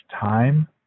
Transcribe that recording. time